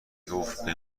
گفتبه